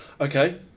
Okay